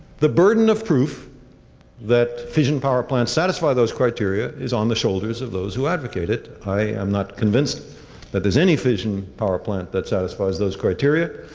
the burden of proof that fission power plants satisfy those criteria is on the shoulders of those who advocate it. i am not convinced that there is any fission power plants that satisfy those criteria.